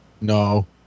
No